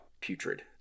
putrid